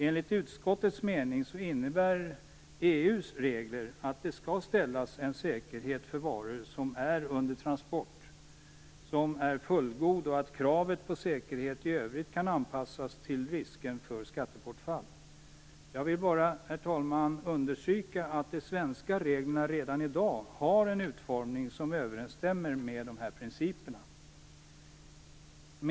Enligt utskottets mening innebär EU:s regler att det skall ställas fullgod säkerhet för varor som är under transport och att kravet på säkerhet i övrigt kan anpassas till risken för skattebortfall. Jag vill bara, herr talman, understryka att de svenska reglerna redan i dag har en utformning som överensstämmer med de här principerna.